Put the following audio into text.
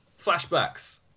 Flashbacks